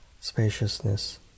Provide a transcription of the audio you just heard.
spaciousness